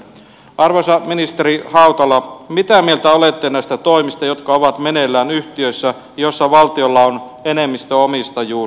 arvoisa ministeri hautala mitä mieltä olette näistä toimista jotka ovat meneillään yhtiöissä joissa valtiolla on enemmistöomistajuus